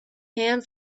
and